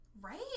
Right